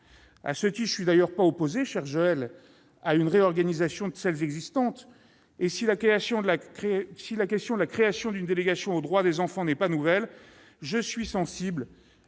À ce titre, je ne suis d'ailleurs pas opposé, chère Joëlle Garriaud-Maylam, à une réorganisation de celles qui existent. Si la question de la création d'une délégation aux droits des enfants n'est pas nouvelle, je suis toutefois